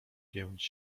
pięć